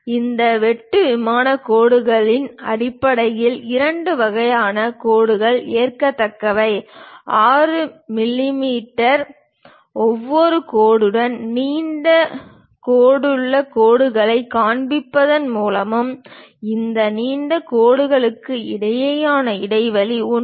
இந்த வெட்டு விமானக் கோடுகளுக்கு அடிப்படையில் இரண்டு வகையான கோடுகள் ஏற்கத்தக்கவை 6 மிமீ ஒவ்வொரு கோடுடன் நீண்ட கோடுள்ள கோடுகளைக் காண்பிப்பதன் மூலமும் இந்த நீண்ட கோடுகளுக்கு இடையிலான இடைவெளி 1